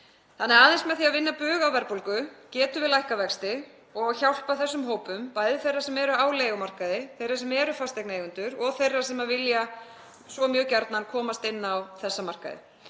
Aðeins með því að vinna bug á verðbólgu getum við lækkað vexti og hjálpað þessum hópum, bæði þeim sem eru á leigumarkaði, þeim sem eru fasteignaeigendur og þeim sem vilja svo mjög gjarnan komast inn á þessa markaði.